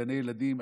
גני ילדים,